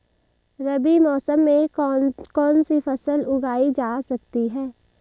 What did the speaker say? रबी मौसम में कौन कौनसी फसल उगाई जा सकती है?